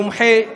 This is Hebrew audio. מומחה,